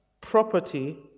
property